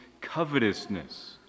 covetousness